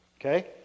okay